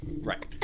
right